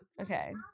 Okay